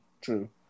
true